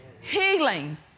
healing